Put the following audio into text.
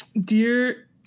Dear